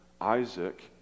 Isaac